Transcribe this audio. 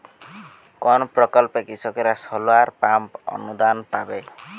কোন প্রকল্পে কৃষকরা সোলার পাম্প অনুদান পাবে?